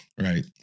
right